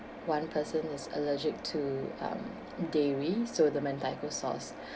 one person is allergic to um dairy so the mentaiko sauce